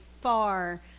far